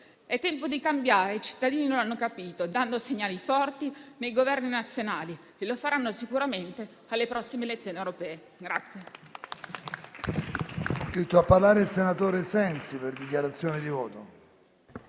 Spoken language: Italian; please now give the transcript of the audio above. È tempo di cambiare e i cittadini lo hanno capito, dando segnali forti nei Governi nazionali; lo faranno sicuramente anche alle prossime elezioni europee.